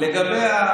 לגבי,